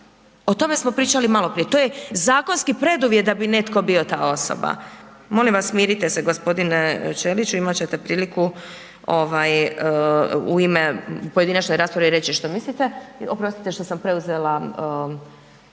O tome smo pričali maloprije, to je zakonski preduvjet da bi netko bio ta osoba. Molim vas smirite g. Ćeliću, imat ćete priliku u ime pojedinačne rasprave reći što mislite, oprostite što sam preuzela